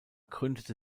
gründete